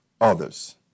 others